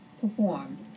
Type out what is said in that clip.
perform